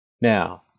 Now